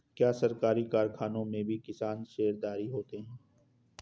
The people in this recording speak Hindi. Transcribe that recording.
क्या सरकारी कारखानों में भी किसान शेयरधारी होते हैं?